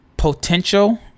Potential